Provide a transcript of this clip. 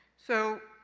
so,